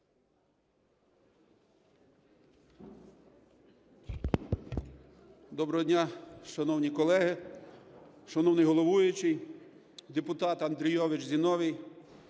Доброго дня, шановні колеги, шановний головуючий! Депутат Андрійович Зіновій,